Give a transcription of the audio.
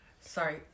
Sorry